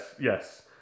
yes